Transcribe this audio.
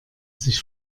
sich